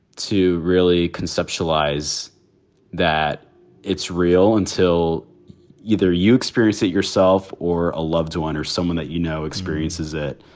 to really conceptualize that it's real until either you experience it yourself or a loved one or someone that, you know, experiences it.